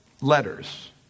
letters